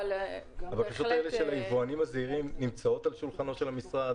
הבקשות של היבואנים הזעירים נמצאות על שולחנו של המשרד,